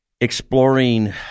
exploring